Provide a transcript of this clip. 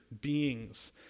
beings